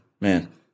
man